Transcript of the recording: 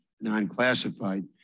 non-classified